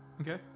Okay